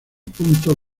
punto